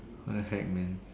what the heck man